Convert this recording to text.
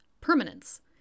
permanence